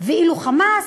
ואילו "חמאס",